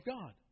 God